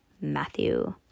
matthew